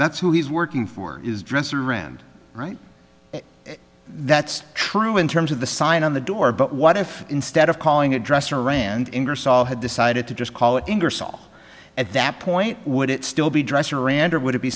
that's who he's working for is dresser rand right that's true in terms of the sign on the door but what if instead of calling a dresser rand paul had decided to just call ingersoll at that point would it still be dresser ranter would it be